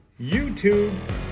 YouTube